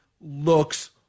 looks